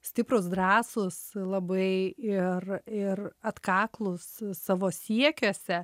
stiprūs drąsūs labai ir ir atkaklūs savo siekiuose